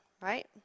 right